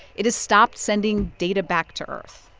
it has stopped sending data back to earth.